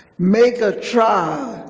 make a try.